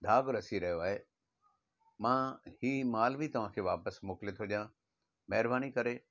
दाग़ु रसी रहियो आहे मां हीउ मालु बि तव्हां खे वापसि मोकिले थो ॾियां महिरबानी करे